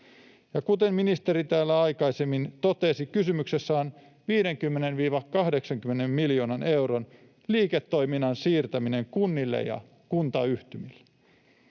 kuten ministeri täällä aikaisemmin totesi, kysymyksessä on 50–80 miljoonan euron liiketoiminnan siirtäminen kunnille ja kuntayhtymiin.